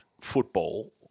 football